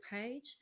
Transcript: page